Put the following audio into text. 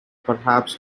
perhaps